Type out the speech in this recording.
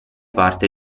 parte